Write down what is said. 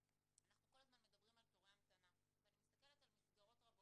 אנחנו כל הזמן מדברים על תורי המתנה ואני מסתכלת על מסגרות רבות,